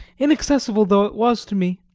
inaccessible though it was to me,